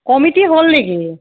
committee হ'ল নেকি